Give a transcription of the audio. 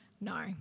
No